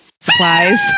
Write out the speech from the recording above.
Supplies